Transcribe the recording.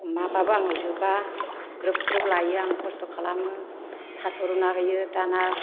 अमाबाबो आंनाव जोबा ग्रोब ग्रोब लायो आङो खस्थ' खालामो थास' रुना होयो दाना